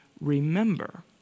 remember